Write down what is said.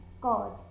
God